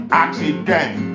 accident